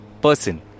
person